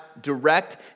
direct